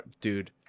Dude